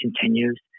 continues